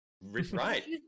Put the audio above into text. right